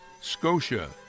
Scotia